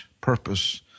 purpose